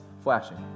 flashing